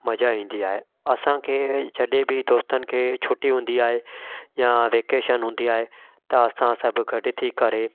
मजा ईंदी आहे असांखे जॾहिं बि दोस्तनि खे छुट्टी हूंदी आहे या वैकेशन हूंदी आहे त असां सभु गॾु थी करे